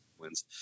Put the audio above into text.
wins